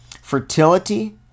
Fertility